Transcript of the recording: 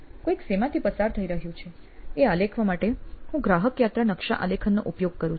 કોઈક શેમાંથી પસાર થઇ રહ્યું છે એ આલેખવા માટે હું ગ્રાહક યાત્રા નકશા આલેખનનો ઉપયોગ કરું છું